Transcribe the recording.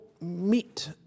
meet